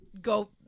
go